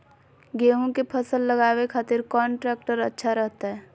गेहूं के फसल लगावे खातिर कौन ट्रेक्टर अच्छा रहतय?